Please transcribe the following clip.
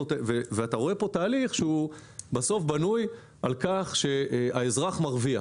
אתה רואה כאן תהליך שבסוף הוא בנוי על כך שהאזרח מרוויח.